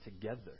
together